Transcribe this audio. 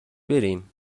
بریم